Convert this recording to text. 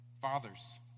Fathers